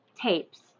tapes